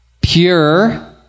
Pure